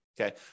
okay